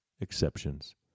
exceptions